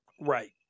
Right